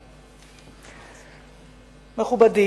מכובדי,